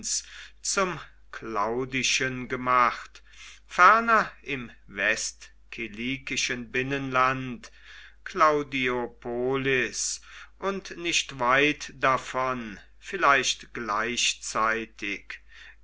zum claudischen gemacht ferner im westkilikischen binnenland claudiopolis und nicht weit davon vielleicht